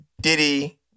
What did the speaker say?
Diddy